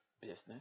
business